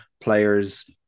players